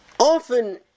often